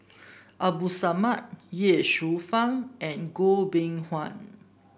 Abdul Samad Ye Shufang and Goh Beng Kwan